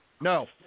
No